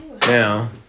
now